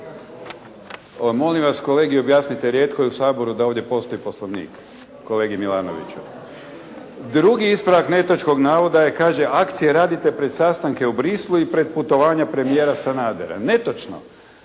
Molim vas, kolegi objasnite, rijetko je u Saboru da ovdje postoji poslovnik, kolegi Milanoviću. Drugi ispravak netočnog navoda je, kaže akcije radite pred sastanke u Bruxellesu i pred putovanja premijera Sanadera. Netočno.